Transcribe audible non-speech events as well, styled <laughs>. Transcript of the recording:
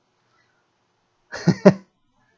<laughs>